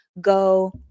go